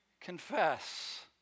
confess